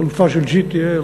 חלופה של GTL,